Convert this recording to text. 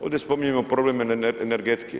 Ovdje spominjemo problem energetike.